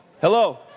hello